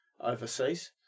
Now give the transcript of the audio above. overseas